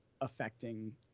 affecting